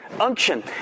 Unction